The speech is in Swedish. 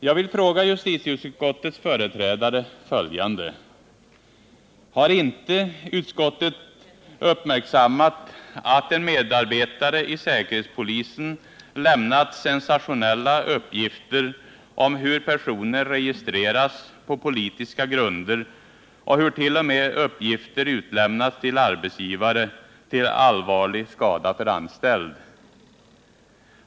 Jag vill fråga justitieutskottets företrädare följande: Har inte utskottet uppmärksammat att en medarbetare i säkerhetspolisen har lämnat sensationella uppgifter om hur personer registreras på politiska grunder och hur t.o.m. uppgifter utlämnats till arbetsgivare, till allvarlig skada för anställd?